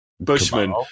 bushman